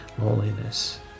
loneliness